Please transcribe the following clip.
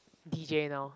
d_j now